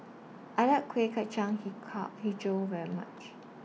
I like Kueh Kacang Hijau very much